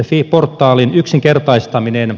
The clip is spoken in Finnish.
fi portaalin yksinkertaistaminen